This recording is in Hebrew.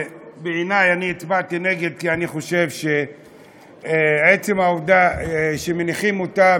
אני הצבעתי נגד כי אני חושב שעצם העובדה שמניחים אותה